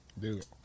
Dude